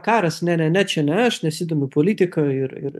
karas ne ne ne čia ne aš nesidomiu politika ir ir